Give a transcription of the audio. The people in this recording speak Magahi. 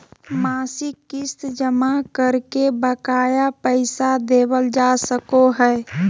मासिक किस्त जमा करके बकाया पैसा देबल जा सको हय